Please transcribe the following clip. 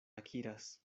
akiras